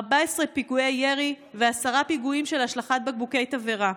14 פיגועי ירי ו-10 פיגועים של השלכת בקבוקי תבערה.